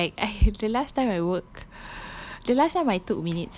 dude like I the last time I work the last time I